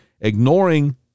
ignoring